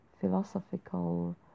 philosophical